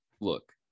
look